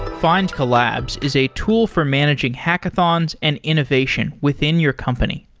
findcollabs is a tool for managing hackathons and innovation within your company.